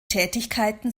tätigkeiten